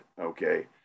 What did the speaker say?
Okay